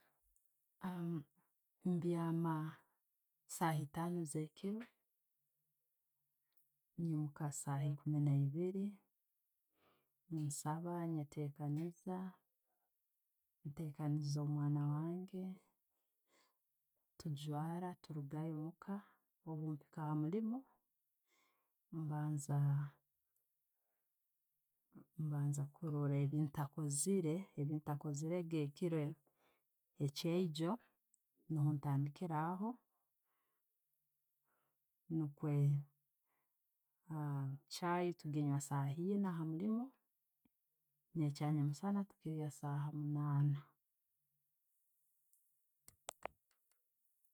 Mbyama saaha ettano ezekiro, nyimuUka esaaha ekuumi naibiiri Nsaba, netekaniiza. Ntekaniiza omwana wange, tugwara turugayo omuka. Obwempiika hamuliimu, mbanza kurola byetakoziire, ebintakozirege ekiiro ekyeijo. Ntandikiira aho nikwe chai tuginywa saaha nke eina hamuliimu ne'kyamusana netuchilya saaha munaana.